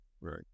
right